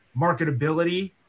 marketability